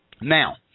Now